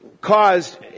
caused